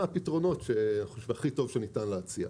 הפתרונות שאנחנו חושבים שהם הכי טובים שניתן להציע.